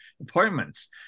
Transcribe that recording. appointments